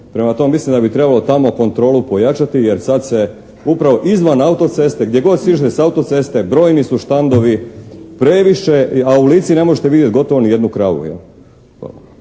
Prema tome mislim da bi trebalo tamo kontrolu pojačati, jer sada se upravo izuvan autoceste, gdje god siđete s autoceste brojni su štandovi, previše, a u Lici ne možete vidjeti gotovo ni jednu kravu